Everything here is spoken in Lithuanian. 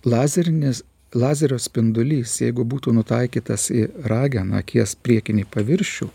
lazerinis lazerio spindulys jeigu būtų nutaikytas į rageną akies priekinį paviršių